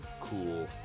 cool